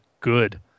good